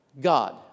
God